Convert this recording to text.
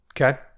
Okay